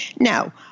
Now